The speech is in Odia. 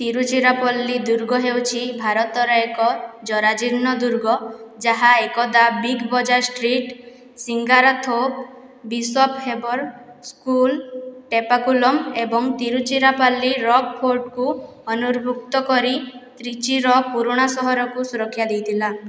ତିରୁଚିରାପଲ୍ଲୀ ଦୁର୍ଗ ହେଉଛି ଭାରତର ଏକ ଜରାଜୀର୍ଣ୍ଣ ଦୁର୍ଗ ଯାହା ଏକଦା big bazaar street Singarathope bishop Heber school Teppakulam ଏବଂ ତିରୁଚିରାପଲ୍ଲୀ ରକ୍ ଫୋର୍ଟକୁ ଅନୁରଭୁକ୍ତ କରି ତ୍ରିଚିର ପୁରୁଣା ସହରକୁ ସୁରକ୍ଷା ଦେଇଥିଲା